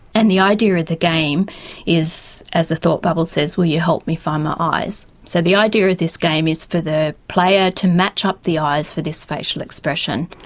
and the idea of the game is, as the thought bubble says, will you help me find my eyes? so the idea of this game is for the player to match up the eyes for this facial expression.